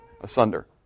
asunder